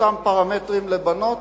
אותם פרמטרים לבנות,